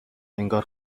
انگار